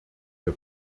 wir